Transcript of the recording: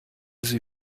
sie